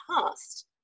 past